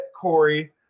Corey